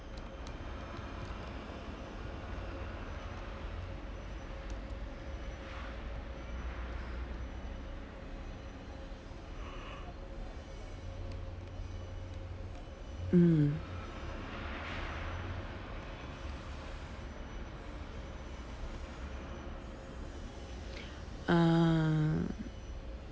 mm ah